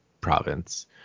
province